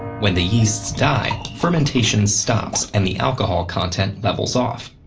when the yeasts die, fermentation stops and the alcohol content levels off.